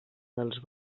dels